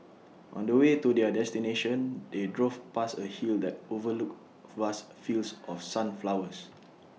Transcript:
on the way to their destination they drove past A hill that overlooked vast fields of sunflowers